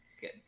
Good